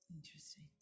Interesting